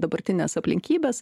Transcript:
dabartines aplinkybes